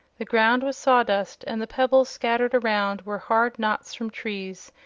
the ground was sawdust and the pebbles scattered around were hard knots from trees,